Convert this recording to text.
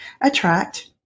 attract